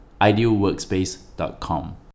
idealworkspace.com